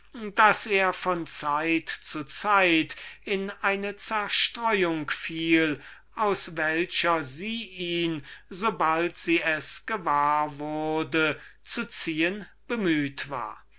daß er von zeit zu zeit in eine zerstreuung fiel aus welcher sie ihn sobald sie es gewahr wurde zu ziehen bemüht war